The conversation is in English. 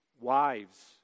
Wives